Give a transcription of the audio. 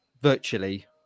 virtually